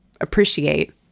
appreciate